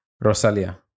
rosalia